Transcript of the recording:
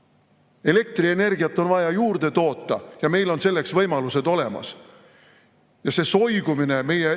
saa! Elektrienergiat on vaja juurde toota ja meil on selleks võimalused olemas. Ja see soigumine meie